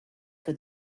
for